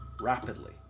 rapidly